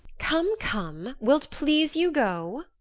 come, come will't please you go?